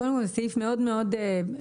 קודם כל זה סעיף מאוד מאוד פנימי,